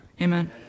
Amen